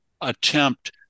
attempt